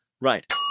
Right